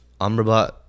Amrabat